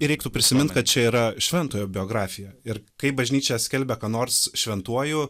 ir reiktų prisimint kad čia yra šventojo biografija ir kai bažnyčia skelbia ką nors šventuoju